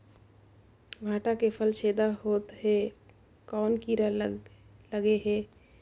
भांटा के फल छेदा होत हे कौन कीरा लगे हे?